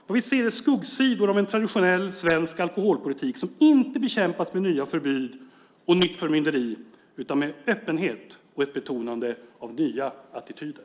Vad vi ser är skuggsidor av en traditionell svensk alkoholpolitik som inte bekämpas med nya förbud och nytt förmynderi utan med öppenhet och ett betonande av nya attityder.